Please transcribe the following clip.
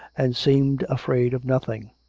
and seemed afraid of nothing.